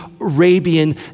Arabian